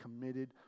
committed